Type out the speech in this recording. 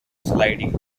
sliding